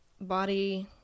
body